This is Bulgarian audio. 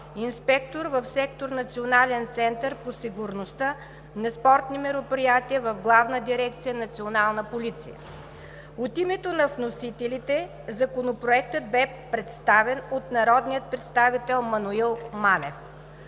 инспектор в сектор „Национален център по сигурността на спортни мероприятия“ в Главна дирекция „Национална полиция“. От името на вносителите Законопроектът бе представен от народния представител Маноил Манев.